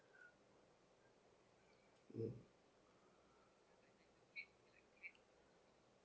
mm